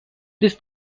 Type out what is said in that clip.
this